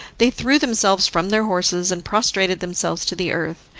they threw themselves from their horses and prostrated themselves to the earth,